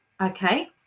okay